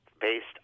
based